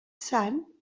sant